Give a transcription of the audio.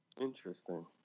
Interesting